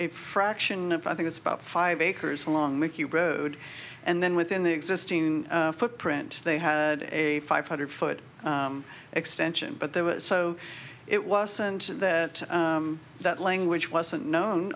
a fraction of i think it's about five acres along mickey road and then within the existing footprint they had a five hundred foot extension but they were so it wasn't that that language wasn't known